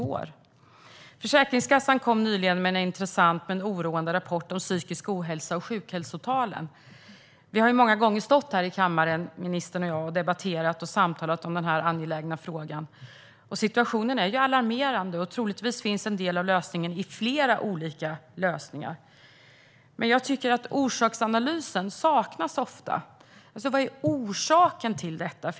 Försäkringskassan kom nyligen med en intressant men oroande rapport om psykisk ohälsa och sjukhälsotalen. Ministern och jag har många gånger stått här i kammaren och debatterat och samtalat om den här angelägna frågan. Situationen är alarmerande. Troligtvis finns en del av lösningen i flera olika sätt. Jag tycker att orsaksanalysen ofta saknas. Vad är orsaken till detta?